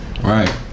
Right